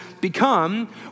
become